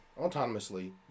autonomously